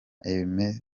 emirates